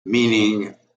meaning